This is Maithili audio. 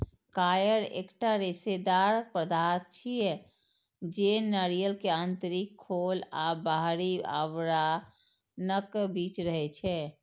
कॉयर एकटा रेशेदार पदार्थ छियै, जे नारियल के आंतरिक खोल आ बाहरी आवरणक बीच रहै छै